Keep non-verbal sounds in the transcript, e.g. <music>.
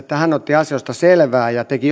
<unintelligible> että hän otti asioista selvää ja teki <unintelligible>